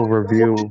review